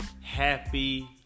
Happy